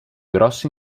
grosso